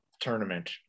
tournament